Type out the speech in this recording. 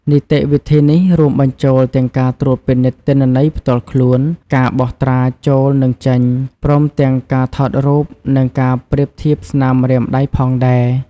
នីតិវិធីនេះរួមបញ្ចូលទាំងការត្រួតពិនិត្យទិន្នន័យផ្ទាល់ខ្លួន ការបោះត្រាចូលនិងចេញព្រមទាំងការថតរូបនិងការប្រៀបធៀបស្នាមម្រាមដៃផងដែរ។